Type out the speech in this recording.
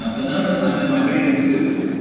ah will notice, i'm in my bathing suit,